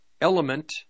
element